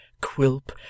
Quilp